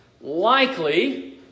Likely